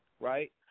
right